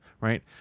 right